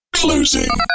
closing